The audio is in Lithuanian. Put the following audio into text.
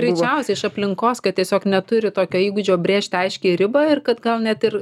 greičiausiai iš aplinkos kad tiesiog neturi tokio įgūdžio brėžti aiškią ribą ir kad gal net ir